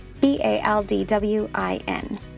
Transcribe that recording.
B-A-L-D-W-I-N